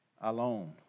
alone